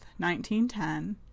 1910